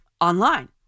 online